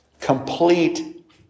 Complete